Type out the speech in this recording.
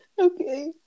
Okay